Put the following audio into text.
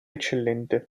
eccellente